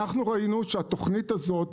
ראינו שהתוכנית הזאת,